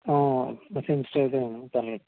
సెన్సిటివ్దే ఇవ్వండి పర్లేదు